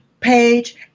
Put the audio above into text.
page